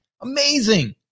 Amazing